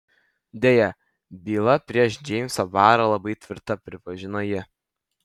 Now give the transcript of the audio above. deja byla prieš džeimsą barą labai tvirta pripažino ji